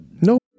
Nope